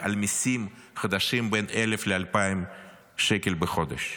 על מיסים חדשים בין 1,000 ל-2,000 שקל בחודש.